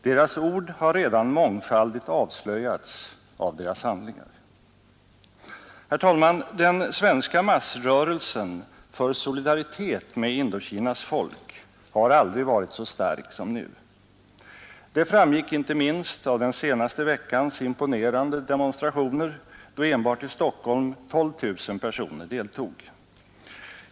Deras ord har redan mångfaldigt avslöjats av deras handlingar. Den svenska massrörelsen för solidaritet med Indokinas folk har aldrig varit så stark som nu. Det framgick inte minst av den senaste veckans imponerande demonstrationer, då enbart i Stockholm 12 000 personer deltog.